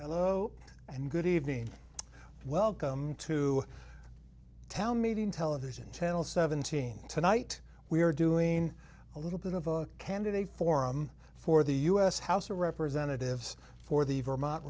hello and good evening welcome to town meeting television channel seventeen tonight we're doing a little bit of a candidate forum for the u s house of representatives for the vermont